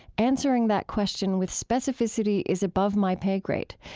answering that question with specificity is above my pay grade.